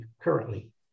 currently